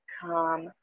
come